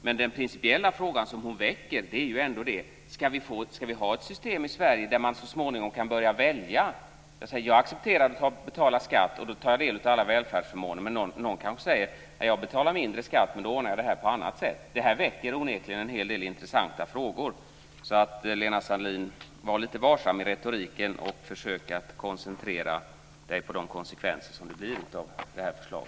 Men den principiella fråga som hon väcker är ändå om vi i Sverige ska ha ett system där man så småningom kan börja välja. Jag säger att jag accepterar att betala skatt, och då tar jag del av alla välfärdsförmåner, men någon kanske säger att han eller hon vill betala mindre skatt och ordna mycket på annat sätt. Detta väcker onekligen en hel del intressanta frågor. Var lite varsam med retoriken, Lena Sandlin, och försök att koncentrera inläggen på de konsekvenser som blir av detta förslag.